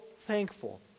Thankful